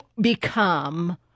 become